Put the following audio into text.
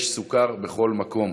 יש סוכר בכל מקום.